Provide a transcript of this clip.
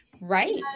Right